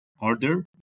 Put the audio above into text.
order